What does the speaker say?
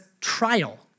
trial